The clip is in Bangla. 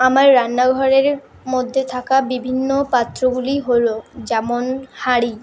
আমার রান্নাঘরের মধ্যে থাকা বিভিন্ন পাত্রগুলি হলো যেমন হাঁড়ি